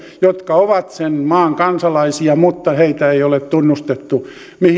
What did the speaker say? jotka ovat näiden maiden kansalaisia mutta heitä ei ole tunnustettu